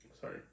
Sorry